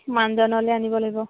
মানুহজনলৈ আনিব লাগিব